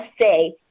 say